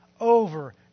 over